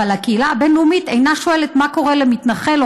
אבל הקהילה הבין-לאומית אינה שואלת מה קורה למתנחל או